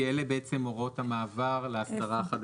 כי אלה בעצם הוראות המעבר לאסדרה החדשה.